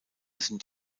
sind